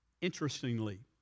interestingly